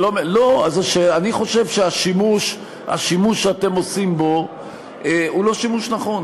אני חושב שהשימוש שאתם עושים בו הוא לא שימוש נכון,